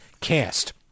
cast